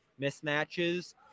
mismatches